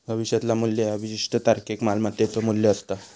भविष्यातला मू्ल्य ह्या विशिष्ट तारखेक मालमत्तेचो मू्ल्य असता